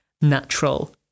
natural